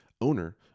owner